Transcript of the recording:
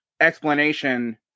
explanation